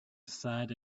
sad